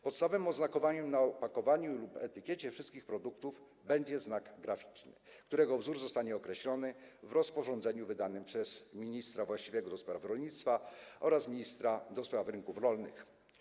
Podstawowym oznakowaniem na opakowaniach lub etykietach wszystkich produktów będzie znak graficzny, którego wzór zostanie określony w rozporządzeniu wydanym przez ministra właściwego do spraw rolnictwa oraz ministra właściwego do spraw rynków rolnych.